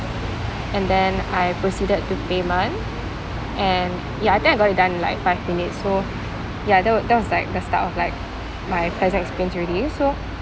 and then I proceeded to payment and ya I think I got it done in like five minutes so ya that wa~ that was like the start of like my pleasant experience already so